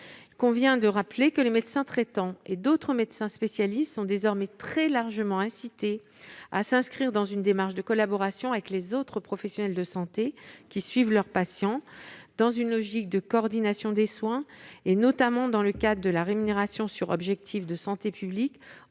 Il convient de rappeler que le médecin traitant et d'autres médecins spécialistes sont désormais très largement incités à s'inscrire dans une démarche de collaboration avec les autres professionnels de santé qui suivent leurs patients, dans une logique de coordination des soins. Cela se fait notamment dans le cadre de la rémunération sur objectifs de santé publique,